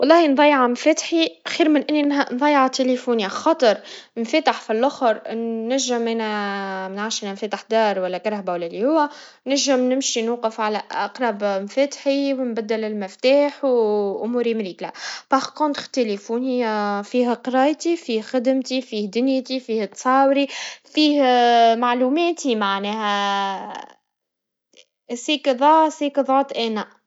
واللهي نضيع مفاتحي, خير من إني نه- نضيع تليفوني, خاطر إ فتح فاللآخر ننجم ن منعتش ننفتح دار, ولا كرهبا ولا اللي هوا, ننجم نمشي نوقف على أقرب مفاتحي, نبدل المفتاح, وأموري مش منيحة, بارك كونت تليفوني فيه قرايتي, فيه خدمتي, فيه تصاوري, فيه معلوماتي معناها, سيكفاس- ماذا أفعل أنا؟